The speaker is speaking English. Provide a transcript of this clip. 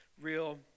real